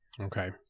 Okay